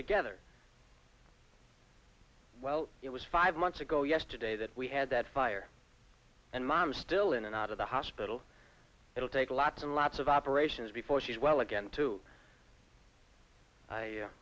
together well it was five months ago yesterday that we had that fire and mom still in and out of the hospital it'll take lots and lots of operations before she is well again to